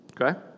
Okay